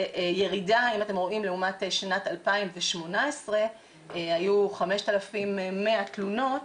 זה ירידה לעומת שנת 2018 שבה היו 5,100 תלונות.